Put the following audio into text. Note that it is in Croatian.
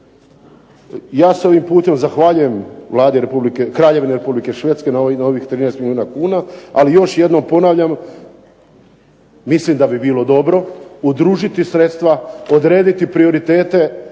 Ja se ovim putem zahvaljujem Kraljevini Republike Švedske na ovih 13 milijuna kuna. Ali još jednom ponavljam, mislim da bi bilo dobro udružiti sredstva, odrediti prioritete